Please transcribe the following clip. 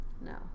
no